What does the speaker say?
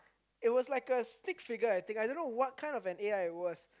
it was like a stick figure I think I don't know what kind of an A_I it was